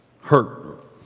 hurt